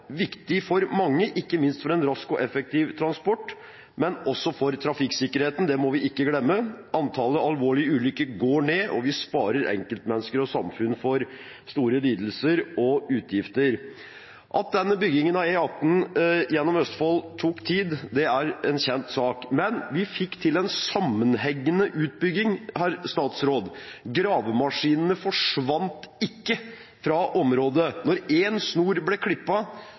viktig for mange, ikke minst for en rask og effektiv transport, men også for trafikksikkerheten – det må vi ikke glemme. Antallet alvorlige ulykker går ned, og vi sparer enkeltmennesker og samfunn for store lidelser og utgifter. At denne byggingen av E18 gjennom Østfold tok tid, er en kjent sak. Men vi fikk til en sammenhengende utbygging, herr statsråd. Gravemaskinene forsvant ikke fra området. Når én snor ble